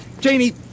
Janie